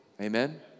amen